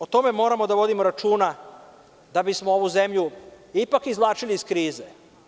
O tome moramo da vodimo računa da bismo ovu zemlju ipak izvlačili iz krize.